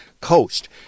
coast